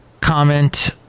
comment